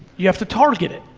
you have to target it.